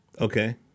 Okay